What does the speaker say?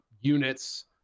units